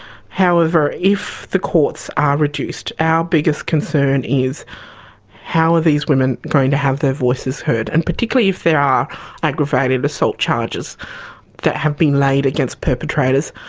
however, if the courts are reduced, our biggest concern is how are these women going to have their voices heard, and particularly if there are aggravated assault charges that have been laid against perpetrators,